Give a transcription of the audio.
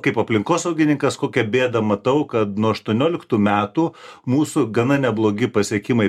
kaip aplinkosaugininkas kokią bėdą matau kad nuo aštuonioliktų metų mūsų gana neblogi pasiekimai